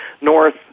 North